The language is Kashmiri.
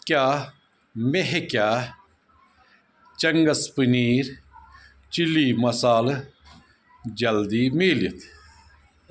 کیٛاہ مےٚ ہیٚکیٛاہ چِنٛگس پٔنیٖر چِلی مصالہٕ جلدی میٖلِتھ